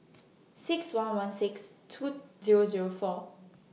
six one one six two Zero Zero four